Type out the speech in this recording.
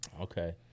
Okay